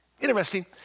Interesting